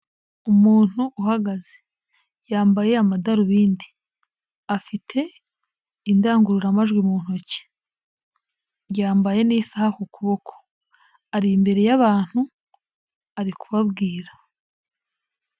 Umuntu uhagaze. yambaye amadarubindi. afite indangururamajwi mu ntoki. yambaye n'isaha ku kuboko. ari imbere y'abantu, arikubwira.